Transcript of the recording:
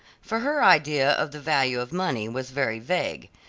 for her idea of the value of money was very vague.